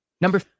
Number